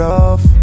off